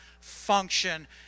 function